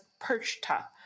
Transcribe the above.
Perchta